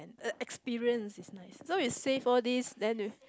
uh experience is nice so you save all these then you